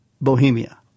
Bohemia